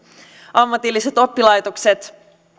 ammatilliset oppilaitokset